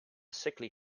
sickly